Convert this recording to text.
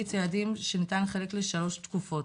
אצל ילדים שניתן לחלק לשלוש תקופות: